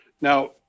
Now